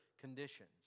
conditions